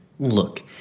Look